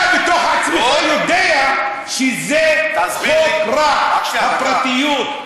אתה בתוך עצמך יודע שזה חוק רע, הפרטיות.